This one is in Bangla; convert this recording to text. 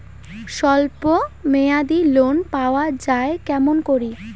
স্বল্প মেয়াদি লোন পাওয়া যায় কেমন করি?